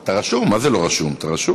אתה רשום, מה זה "לא רשום", אתה רשום.